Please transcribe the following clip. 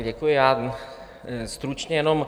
Děkuji, já stručně jenom.